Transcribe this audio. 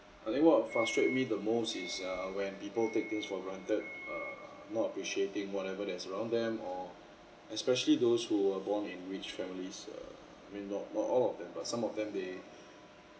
I think what frustrates me the most is uh when people take things for granted err uh not appreciating whatever that is around them or especially those who were born in rich families uh I mean not not all of them but some of them they